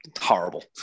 horrible